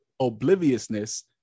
obliviousness